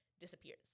disappears